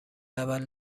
رود